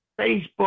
Facebook